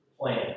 plan